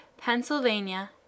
Pennsylvania